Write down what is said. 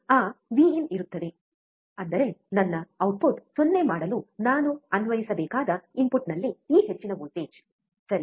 ಆ ವಿಇನ್ ಇರುತ್ತದೆಅಂದರೆ ನನ್ನ ಔಟ್ಪುಟ್ 0 ಮಾಡಲು ನಾನು ಅನ್ವಯಿಸಬೇಕಾದ ಇನ್ಪುಟ್ನಲ್ಲಿ ಈ ಹೆಚ್ಚಿನ ವೋಲ್ಟೇಜ್ ಸರಿ